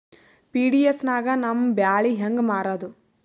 PDS ನಾಗ ನಮ್ಮ ಬ್ಯಾಳಿ ಹೆಂಗ ಮಾರದ?